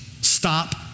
stop